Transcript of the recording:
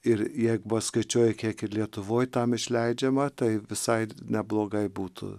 ir jeigu va skaičiuoji kiek ir lietuvoj tam išleidžiama tai visai neblogai būtų